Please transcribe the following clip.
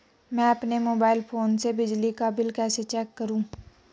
मैं अपने mobile phone से बिजली का बिल कैसे चेक करूं?